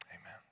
Amen